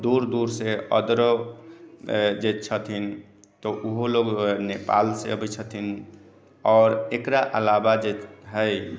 दूर दूर से औदरो जे छथिन त ऊहो लोग नेपाल से अबै छथिन आओर एकरा अलावा जे है